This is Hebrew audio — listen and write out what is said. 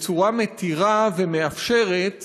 בצורה מתירה ומאפשרת